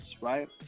Right